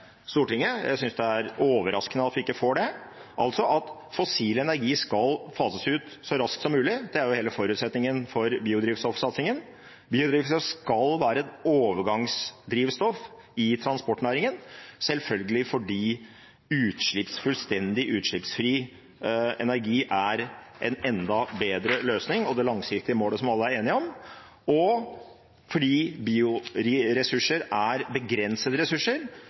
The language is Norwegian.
Stortinget. Jeg synes det er overraskende at vi ikke får det, altså at fossil energi skal fases ut så raskt som mulig. Det er jo hele forutsetningen for biodrivstoffsatsingen. Biodrivstoff skal være et overgangsdrivstoff i transportnæringen, selvfølgelig fordi fullstendig utslippsfri energi er en enda bedre løsning og det langsiktige målet som alle er enige om. Fordi bioressurser er begrensede ressurser,